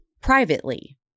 privately